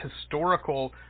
historical